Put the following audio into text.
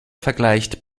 vergleicht